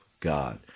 God